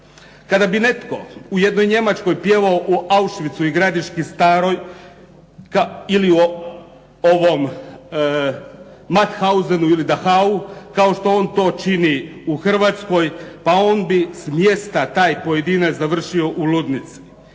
Kada bi netko u jednoj Njemačkoj pjevao u Auschwitzu i Gradiški Staroj ili ovom Mauthausenu ili Dachau kao što to on to čini u Hrvatskoj pa on bi smjesta taj pojedinac završio u ludnici.